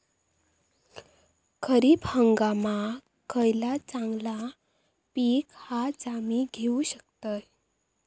खरीप हंगामाक खयला चांगला पीक हा जा मी घेऊ शकतय?